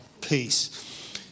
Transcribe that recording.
Peace